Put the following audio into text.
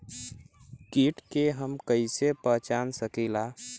कीट के हम कईसे पहचान सकीला